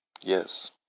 yes